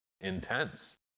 intense